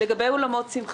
לגבי אולמות אירועים